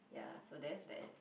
ya so that's that